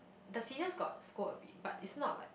the seniors got scold a bit but it's not like